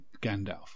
Gandalf